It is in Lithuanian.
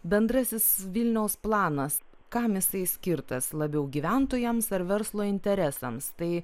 bendrasis vilniaus planas kam jisai skirtas labiau gyventojams ar verslo interesams tai